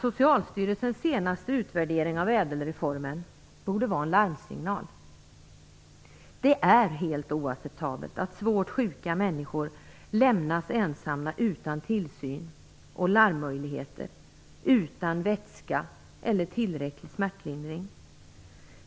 Socialstyrelsens senaste utvärdering av ÄDEL-reformen borde vara en larmsignal. Det är helt oacceptabelt att svårt sjuka människor lämnas ensamma utan tillsyn och larmmöjligheter och utan vätska eller tillräcklig smärtlindring.